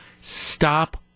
Stop